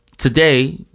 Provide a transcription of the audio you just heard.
Today